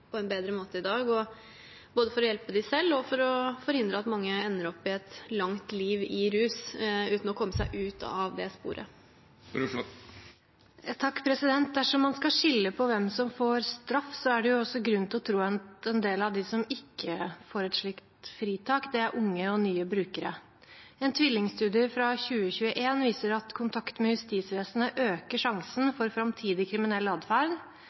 hjelpe dem selv og for å forhindre at mange ender opp i et langt liv i rus uten å komme seg ut av det sporet. Dersom man skal skille på hvem som får straff, er det også grunn til å tro at en del av dem som ikke får et slikt fritak, er unge og nye brukere. En tvillingstudie fra 2021 viser at kontakt med justisvesenet øker sjansen for framtidig kriminell atferd.